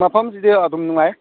ꯃꯐꯝꯁꯤꯗꯤ ꯑꯗꯨꯝ ꯅꯨꯡꯉꯥꯏ